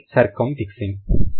అదియే సర్కం ఫిక్సింగ్